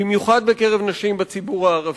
במיוחד בקרב נשים בציבור הערבי.